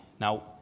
Now